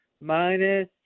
minus